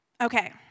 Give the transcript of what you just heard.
Okay